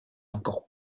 encore